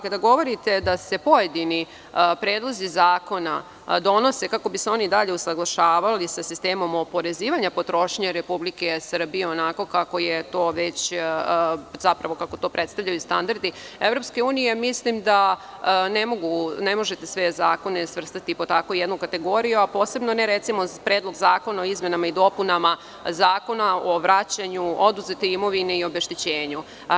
Kada govorite da se pojedini predlozi zakona donose kako bi se oni i dalje usaglašavali sa sistemom oporezivanja potrošnje Republike Srbije onako kako je to predstavljaju standardi EU, mislim da ne možete sve zakone svrstati pod takvom jednom kategorijom, a posebno ne Predlog zakona o izmenama i dopunama Zakona o vraćanju oduzete imovine i obeštećenju.